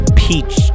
peach